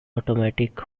automatic